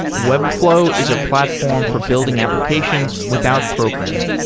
webflow is a platform for building applications without programming.